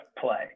play